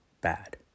bad